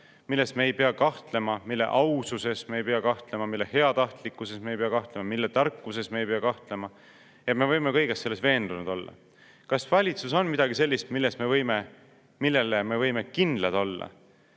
milles me ei pea kahtlema, mille aususes me ei pea kahtlema, mille heatahtlikkuses me ei pea kahtlema, mille tarkuses me ei pea kahtlema ning me võime kõiges selles veendunud olla. Kas valitsus on midagi sellist, millele me võime kindlad olla,